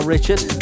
Richard